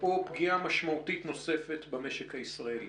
או פגיעה משמעותית נוספת במשק הישראלי.